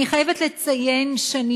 אני חייבת לציין שאני